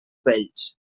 vells